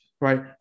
Right